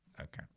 Okay